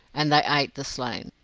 and they ate the slain.